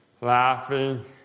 laughing